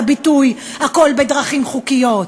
את הביטוי "הכול בדרכים חוקיות"?